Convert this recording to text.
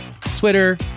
Twitter